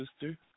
sister